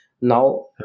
now